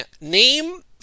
Name